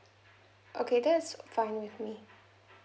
okay that is fine with me